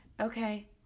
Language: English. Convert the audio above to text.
Okay